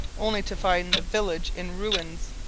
only to find the village in ruins.